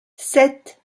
sept